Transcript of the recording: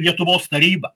lietuvos tarybą